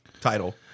title